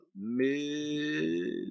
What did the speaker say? mid